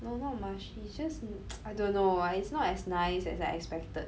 no not mushy it's just mm I don't know why it's not as nice as I expected